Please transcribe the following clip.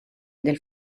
del